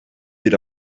bir